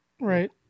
Right